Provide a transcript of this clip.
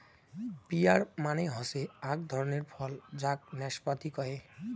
peer মানে হসে আক ধরণের ফল যাক নাসপাতি কহে